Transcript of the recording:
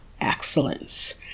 excellence